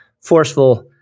forceful